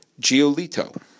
Giolito